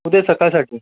उद्या सकाळसाठी